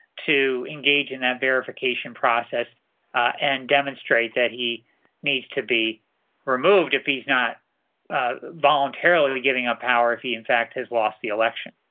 to engage in that verification process and demonstrate that he needs to be removed if he's not voluntarily giving up power if he in fact has lost the election.